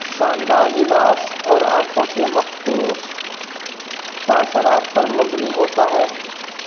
شاندار لباس اور آنکھوں کے مخصوص تاثرات پر ممبنی ہوتا ہے